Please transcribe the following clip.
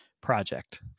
project